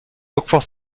oxford